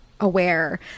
Aware